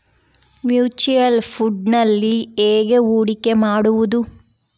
Mutual ಫುಣ್ಡ್ನಲ್ಲಿ ಹೇಗೆ ಹೂಡಿಕೆ ಮಾಡುವುದು?